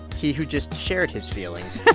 he who just shared his feelings.